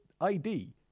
ID